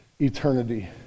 eternity